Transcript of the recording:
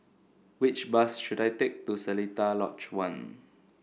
which bus should I take to Seletar Lodge One